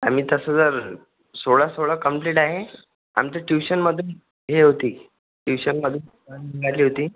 आम्ही तसं तर सोळा सोळा कंप्लिट आहे आमच्या ट्यूशनमधून हे होती ट्यूशनमधून मिळाली होती